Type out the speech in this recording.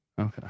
Okay